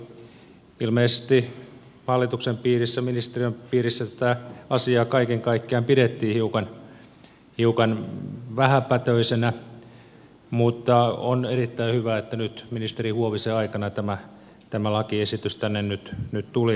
ilmeisesti hallituksen piirissä ministeriön piirissä tätä asiaa kaiken kaikkiaan pidettiin hiukan vähäpätöisenä mutta on erittäin hyvä että nyt ministeri huovisen aikana tämä lakiesitys tänne tuli